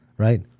Right